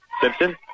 Simpson